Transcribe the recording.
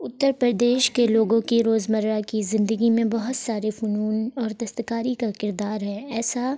اتر پردیش کے لوگوں کی روز مرہ کی زندگی میں بہت سارے فنون اور دستکاری کا کردار ہے ایسا